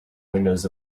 windows